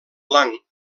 blanc